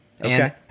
Okay